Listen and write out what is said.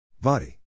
Body